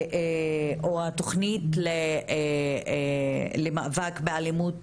או התכנית למאבק באלימות